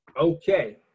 Okay